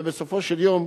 ובסופו של יום,